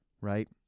right